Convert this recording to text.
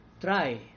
Try